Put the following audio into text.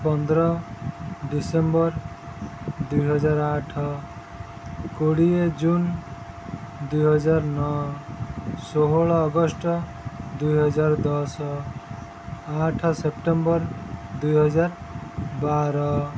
ପନ୍ଦର ଡିସେମ୍ବର ଦୁଇ ହଜାର ଆଠ କୋଡ଼ିଏ ଜୁନ ଦୁଇ ହଜାର ନଅ ଷୋହଳ ଅଗଷ୍ଟ ଦୁଇ ହଜାର ଦଶ ଆଠ ସେପ୍ଟେମ୍ବର ଦୁଇ ହଜାର ବାର